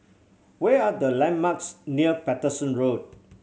where are the landmarks near Paterson Road